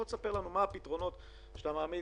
בוא תספר לנו מה הפתרונות שאתה מעמיד,